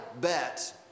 bet